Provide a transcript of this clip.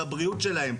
זה הבריאות שלהם,